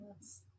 Yes